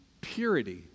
purity